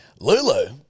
Lulu